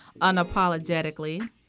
unapologetically